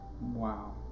Wow